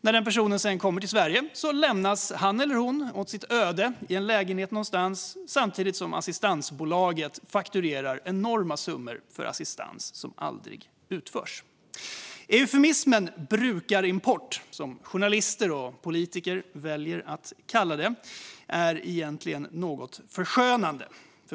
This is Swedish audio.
När denna person sedan kommer till Sverige lämnas han eller hon åt sitt öde i en lägenhet någonstans samtidigt som assistansbolaget fakturerar enorma summor för assistans som aldrig utförs. Eufemismen brukarimport, som journalister och politiker väljer att kalla det, är egentligen något förskönande.